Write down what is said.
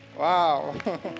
Wow